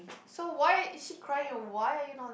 so why is it crying or why are you not